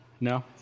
No